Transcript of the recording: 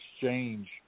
exchange